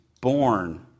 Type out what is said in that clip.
born